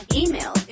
email